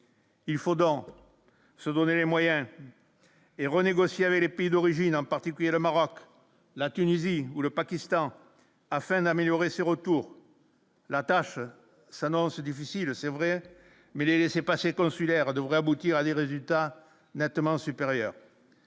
Il faut donc se donner les moyens et renégocier avec les pays d'origine, en particulier le Maroc, la Tunisie ou le Pakistan, afin d'améliorer ses retours, la tâche s'annonce difficile, c'est vrai, mais les laissez-passer consulaires devrait aboutir à des résultats nettement supérieurs,